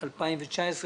2019,